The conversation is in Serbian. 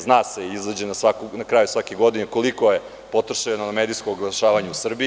Zna se, izađe na kraju svake godine koliko je potrošeno medijskog oglašavanja u Srbiji.